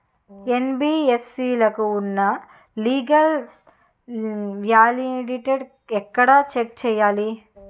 NBFC లకు ఉన్నా legal validity ఎక్కడ చెక్ చేయాలి?